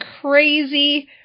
crazy